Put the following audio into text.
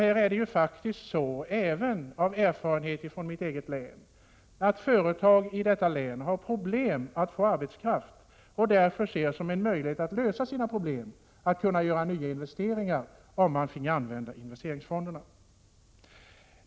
Erfarenheten från mitt eget län visar att 23 företag i detta län har problem att få arbetskraft och därför ser en möjlighet att lösa sina problem och göra nya investeringar om de får använda investeringsfonderna.